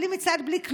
בלי מצעד ובלי כלום,